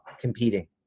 competing